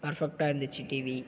பர்ஃபெக்ட்டா இருந்துச்சு டிவி